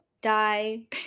die